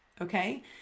okay